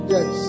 Yes